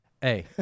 Hey